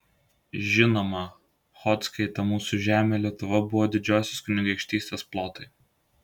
žinoma chodzkai ta mūsų žemė lietuva buvo didžiosios kunigaikštystės plotai